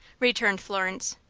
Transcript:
returned florence.